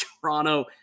Toronto